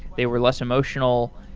they were less emotional.